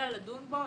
אלא לדון בו,